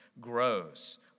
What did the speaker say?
grows